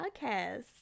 podcast